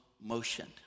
motion